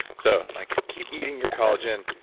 so, like keep eating your collagen,